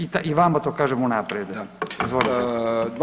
I vama to kažem unaprijed.